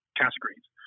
categories